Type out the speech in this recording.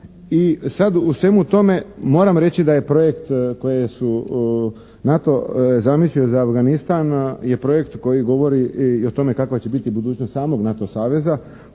i sad u svemu tome moram reći da je projekt koje su NATO zamislio za Afganistan je projekt koji govori i o tome kakva će biti budućnost samog NATO saveza,